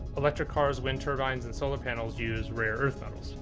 electric cars, wind turbines and solar panels use rare earth metals.